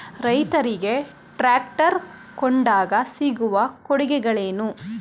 ರೈತರಿಗೆ ಟ್ರಾಕ್ಟರ್ ಕೊಂಡಾಗ ಸಿಗುವ ಕೊಡುಗೆಗಳೇನು?